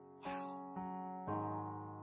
Wow